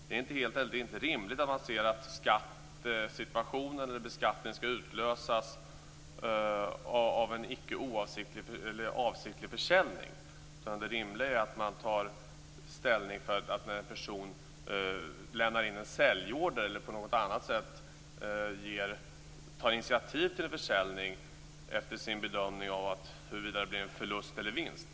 Det är inte rimligt att beskattning skall utlösas av en icke avsiktlig försäljning. Det rimliga är att man tar ställning när en person lämnar in en säljorder eller på något annat sätt tar initiativ till en försäljning efter en bedömning av huruvida det blir förlust eller vinst.